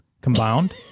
combined